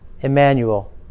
Emmanuel